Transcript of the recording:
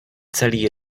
celý